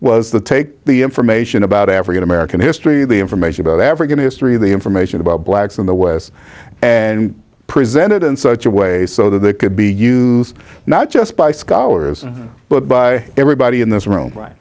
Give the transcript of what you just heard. was to take the information about african american history the information about african history the information about blacks in the west and presented in such a way so that they could be used not just by scholars but by everybody in this room right